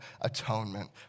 atonement